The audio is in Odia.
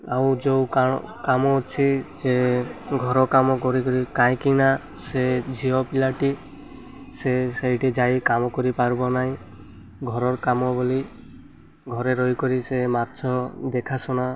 ଆଉ ଯେଉଁ କାମ ଅଛି ଯେ ଘର କାମ କରିକି କାହିଁକିନା ସେ ଝିଅ ପିଲାଟି ସେ ସେଇଠି ଯାଇ କାମ କରିପାରିବ ନାହିଁ ଘରର କାମ ବୋଲି ଘରେ ରହି କରି ସେ ମାଛ ଦେଖା ଶୁଣା